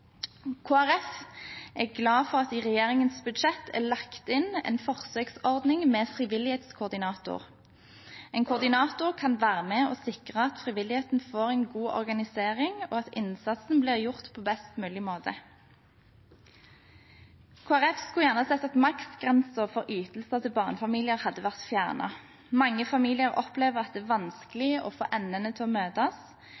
er glad for at det i regjeringens budsjett er lagt inn en forsøksordning med frivillighetskoordinator. En koordinator kan være med på å sikre at frivilligheten får en god organisering, og at innsatsen blir gjort på best mulig måte. Kristelig Folkeparti skulle gjerne sett at maksgrensen for ytelser til barnefamilier hadde vært fjernet. Mange familier opplever at det er